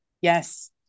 Yes